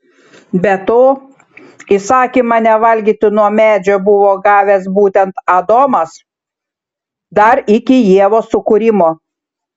be to įsakymą nevalgyti nuo medžio buvo gavęs būtent adomas dar iki ievos sukūrimo